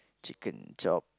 chicken chop